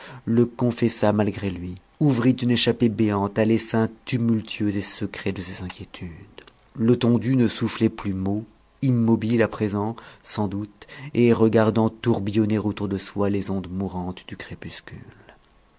le confessa malgré lui ouvrit une échappée béante à l'essaim tumultueux et secret de ses inquiétudes letondu ne soufflait plus mot immobile à présent sans doute et regardant tourbillonner autour de soi les ondes mourantes du crépuscule